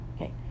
Okay